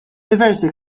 diversi